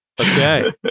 Okay